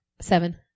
Seven